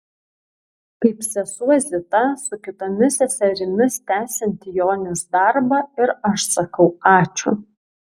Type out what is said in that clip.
kaip sesuo zita su kitomis seserimis tęsianti jonės darbą ir aš sakau ačiū